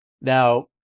Now